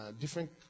different